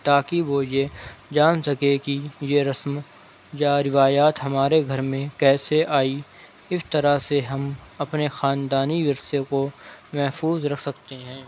تاکہ وہ یہ جان سکے کہ یہ رسم یا روایات ہمارے گھر میں کیسے آئی اس طرح سے ہم اپنے خاندانی ورثے کو محفوظ رکھ سکتے ہیں